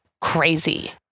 crazy